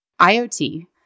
IoT